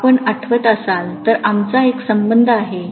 आपण आठवत असाल तर आमचा एक संबंध आहे